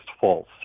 false